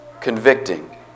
convicting